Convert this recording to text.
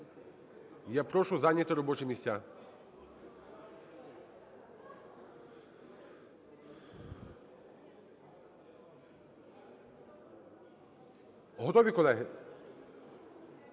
я прошу зайняти робочі місця. Готові, колеги?